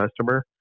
customer